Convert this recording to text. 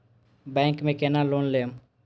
Bank में केना loan लेम?